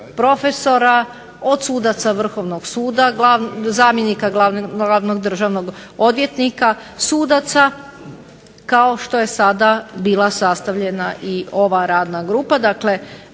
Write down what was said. profesora, od sudaca Vrhovnog suda, glavnog državnog odvjetnika, sudaca kao što je sada bila sastavljena ova radna grupa.